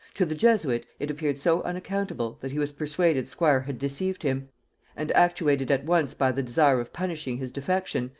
to the jesuit it appeared so unaccountable, that he was persuaded squire had deceived him and actuated at once by the desire of punishing his defection,